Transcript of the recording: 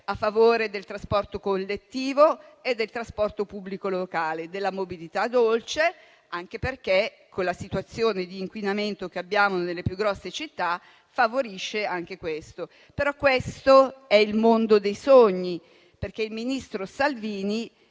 a favore del trasporto collettivo, del trasporto pubblico locale e della mobilità dolce; anche perché, con la situazione di inquinamento nelle più grosse città, lo favorisce. Questo, però, è il mondo dei sogni e il ministro Salvini